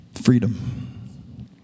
freedom